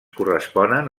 corresponen